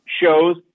shows